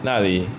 那里